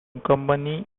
accompany